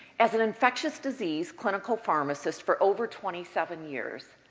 as an infectious disease clinical pharmacist for over twenty seven years,